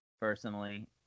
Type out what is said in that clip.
personally